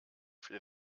für